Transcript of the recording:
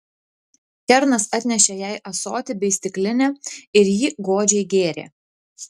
kernas atnešė jai ąsotį bei stiklinę ir ji godžiai gėrė